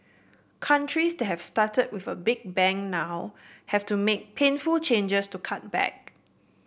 countries that have started with a big bang now have to make painful changes to cut back